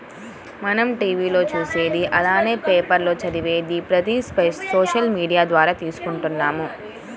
మనం టీవీ లో చూసేది అలానే పేపర్ లో చదివేది ప్రతిది సోషల్ మీడియా ద్వారా తీసుకుంటున్నాము